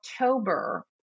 October